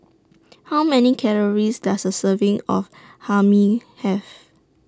How Many Calories Does A Serving of Hae Mee Have